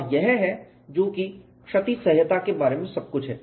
और यह है जो कि क्षति सह्यता के बारे में सब कुछ है